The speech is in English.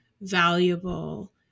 valuable